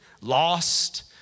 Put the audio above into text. lost